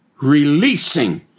releasing